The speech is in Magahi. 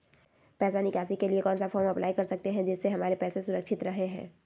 पैसा निकासी के लिए कौन सा फॉर्म अप्लाई कर सकते हैं जिससे हमारे पैसा सुरक्षित रहे हैं?